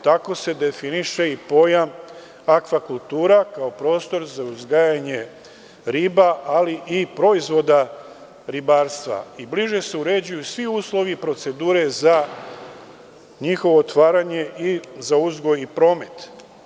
Tako se definiše i pojam akvakultura, kao prostor za uzgajanje riba, ali i proizvoda ribarstva i bliže se uređuju svi uslovi i procedure za njihovo otvaranje, za uzgoj i promet.